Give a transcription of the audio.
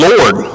Lord